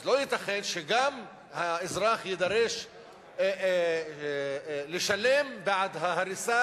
אז לא ייתכן שהאזרח גם יידרש לשלם בעד ההריסה